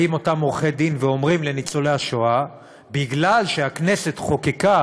באים אותם עורכי-דין ואומרים לניצולי השואה: בגלל שהכנסת חוקקה